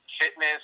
fitness